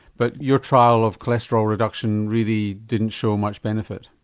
but your trial of cholesterol reduction really didn't show much benefit?